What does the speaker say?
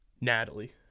Natalie